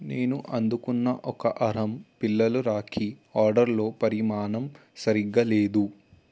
నేను అందుకున్న ఒక అరమ్ పిల్లలు రాఖీ ఆర్డర్లో పరిమాణం సరిగ్గా లేదు